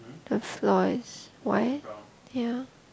the floor is white ya